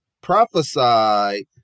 Prophesied